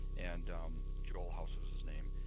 and joel house was his name.